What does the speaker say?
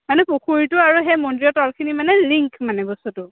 মানে পুখুৰীটো আৰু সেই মন্দিৰৰ তলখিনি মানে লিংক মানে বস্তুটো